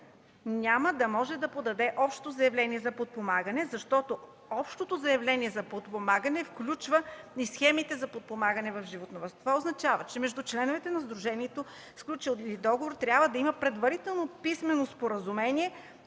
няма да може да подаде общо заявление за подпомагане, защото общото заявление за подпомагане включва и схемите за подпомагане в животновъдството. Това означава, че между членовете на сдружението, сключили договор, трябва да има предварително писмено споразумение